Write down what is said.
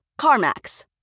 CarMax